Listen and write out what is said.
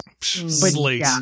Slate